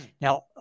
Now